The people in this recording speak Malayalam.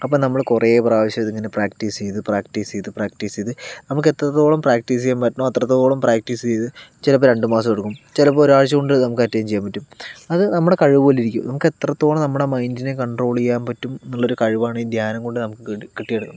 അപ്പോൾ നമ്മൾ കുറെ പ്രാവശ്യം ഇതിങ്ങനെ പ്രാക്ടീസ് ചെയ്ത് പ്രാക്ടീസ് ചെയ്ത് നമുക്കെത്രത്തോളം പ്രാക്ടീസ് ചെയ്യാൻ പറ്റണം അത്രത്തോളം പ്രാക്ടീസ് ചെയ്ത് ചിലപ്പം രണ്ടുമാസം എടുക്കും ചിലപ്പോൾ ഒരാഴ്ച കൊണ്ട് അറ്റയിൻ ചെയ്യാൻ പറ്റും അത് നമ്മുടെ കഴിവുപോലെ ഇരിക്കും നമുക്ക് എത്രത്തോളം നമ്മുടെ മൈൻഡിനെ കണ്ട്രോൾ ചെയ്യാൻ പറ്റും എന്നുള്ള ഒരു കാര്യമാണ് ഈ ധ്യാനം കൊണ്ട് നമുക്ക് കിട്ട് കിട്ടിയത്